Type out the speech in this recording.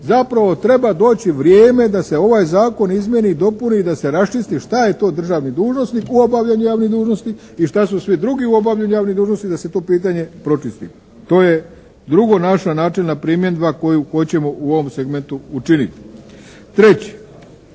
zapravo treba doći vrijeme da se ovaj Zakon izmijeni i dopuni i da se raščisti šta je to državni dužnosnik u obavljanju javnih dužnosti i šta su svi drugi u obavljanju javnih dužnosti da se to pitanje pročisti, to je drugo naša načelna primjedba koju hoćemo u ovom segmentu učiniti. Treće,